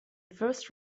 first